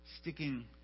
sticking